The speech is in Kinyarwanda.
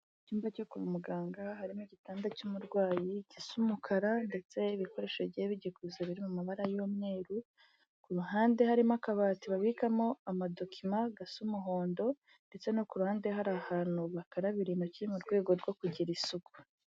Mu cyumba cyo kwa muganga, harimo igitanda cy'umurwayi gisa umukara ndetse ibikoresho bigiye bigiye bigikoze biri mu mabara y'umweru, ku ruhande harimo akabati babikamo amadokima gasa umuhondo ndetse no ku ruhande hari ahantu bakarabira intoki, mu rwego rwo kugira isuku.